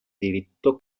diritto